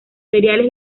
cereales